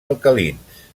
alcalins